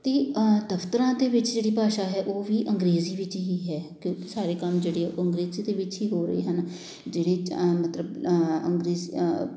ਅਤੇ ਦਫਤਰਾਂ ਦੇ ਵਿੱਚ ਜਿਹੜੀ ਭਾਸ਼ਾ ਹੈ ਉਹ ਵੀ ਅੰਗਰੇਜ਼ੀ ਵਿੱਚ ਹੀ ਹੈ ਕਿਉਂਕਿ ਸਾਰੇ ਕੰਮ ਜਿਹੜੇ ਉਹ ਅੰਗਰੇਜ਼ੀ ਦੇ ਵਿੱਚ ਹੀ ਹੋ ਰਹੇ ਹਨ ਜਿਹੜੇ ਜ ਮਤਲਬ